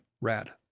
Rad